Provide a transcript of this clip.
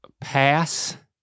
pass